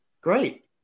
Great